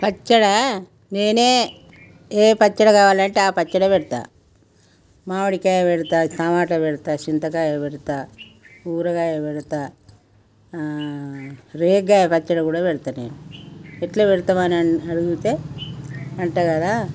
పచ్చడా నేనే ఏ పచ్చడి కావాలంటే ఆ పచ్చడి పెడతా మామిడికాయ పెడతా టమోటా పెడతా చింతకాయ పెడతా ఊరగాయ పెడతా రేగ్గాయ పచ్చడి కూడా పెడతా నేను ఎట్లా పెడతామని అడిగితే అంట కదా